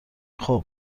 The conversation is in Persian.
خوب